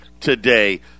today